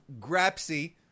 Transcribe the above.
grapsy